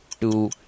two